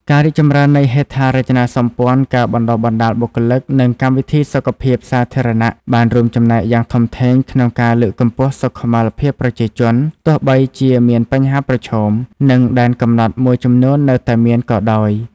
ការរីកចម្រើននៃហេដ្ឋារចនាសម្ព័ន្ធ ការបណ្តុះបណ្តាលបុគ្គលិក និងកម្មវិធីសុខភាពសាធារណៈបានរួមចំណែកយ៉ាងធំធេងក្នុងការលើកកម្ពស់សុខុមាលភាពប្រជាជន ទោះបីជាមានបញ្ហាប្រឈម និងដែនកំណត់មួយចំនួននៅតែមានក៏ដោយ។